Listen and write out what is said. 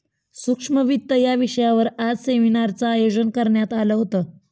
सूक्ष्म वित्त या विषयावर आज सेमिनारचं आयोजन करण्यात आलं होतं